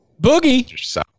Boogie